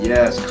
Yes